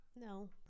No